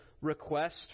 request